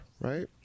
right